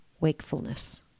wakefulness